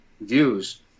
Views